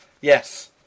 Yes